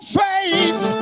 faith